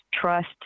trust